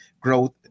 growth